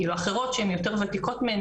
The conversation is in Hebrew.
כאילו אחרות שהן יותר וותיקות ממני,